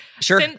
Sure